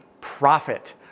profit